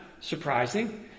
surprising